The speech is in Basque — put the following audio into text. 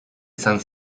izan